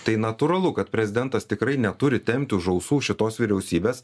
tai natūralu kad prezidentas tikrai neturi tempti už ausų šitos vyriausybės